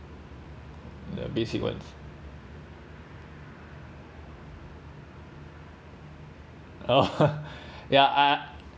the basic one oh ya I